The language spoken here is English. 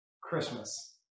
Christmas